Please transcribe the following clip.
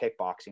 kickboxing